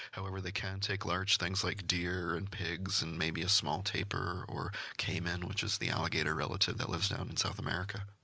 however, they can take large things like deer, and pigs, and maybe a small tapir, or caiman, which is the alligator relative that lives down and south america.